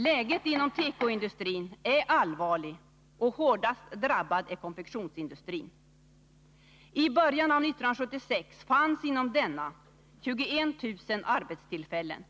Läget inom tekoindustrin är allvarligt och hårdast drabbad är konfektionsindustrin. I början av 1976 fanns inom denna 21 000 arbetstillfällen.